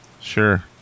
Sure